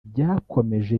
byakomeje